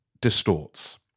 distorts